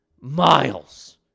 miles